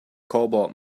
cobalt